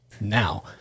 now